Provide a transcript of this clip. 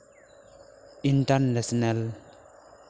inter national